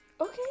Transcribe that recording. okay